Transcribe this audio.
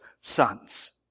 sons